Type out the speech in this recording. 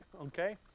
Okay